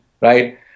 right